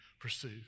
pursue